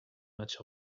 much